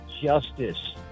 justice